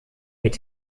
mit